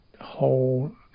whole